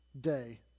day